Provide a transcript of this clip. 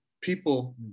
people